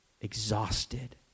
exhausted